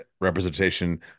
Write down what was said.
representation